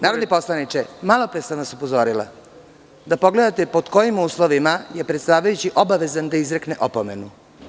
Narodni poslaniče, malo pre sam vas upozorila da pogledate pod kojim uslovima je predsedavajući dužan da izrekne opomenu.